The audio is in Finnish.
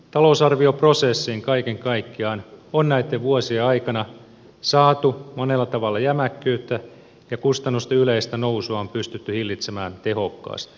ensinnäkin talousarvioprosessiin kaiken kaikkiaan on näitten vuosien aikana saatu monella tavalla jämäkkyyttä ja kustannusten yleistä nousua on pystytty hillitsemään tehokkaasti